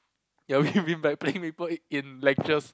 ya by playing Maple in in lectures